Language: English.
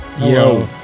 yo